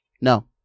No